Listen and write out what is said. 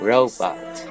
Robot